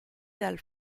dal